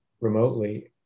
remotely